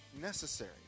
necessary